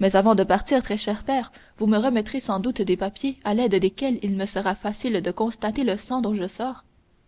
mais avant de partir très cher père vous me remettrez sans doute des papiers à l'aide desquels il me sera facile de constater le sang dont je sors